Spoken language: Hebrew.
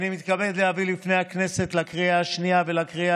אני מתכבד להביא בפני הכנסת לקריאה השנייה והקריאה